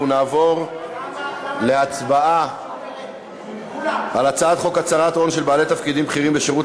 אנחנו נעבור להצבעה על הצעת חוק הצהרת הון של בעלי תפקידים בכירים בשירות